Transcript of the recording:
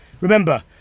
Remember